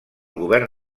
govern